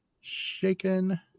shaken